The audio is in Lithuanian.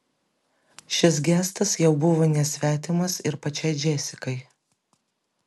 šis gestas jau buvo nesvetimas ir pačiai džesikai